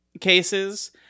cases